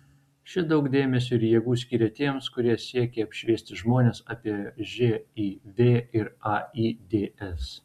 ši daug dėmesio ir jėgų skyrė tiems kurie siekia apšviesti žmones apie živ ir aids